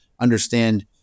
understand